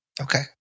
Okay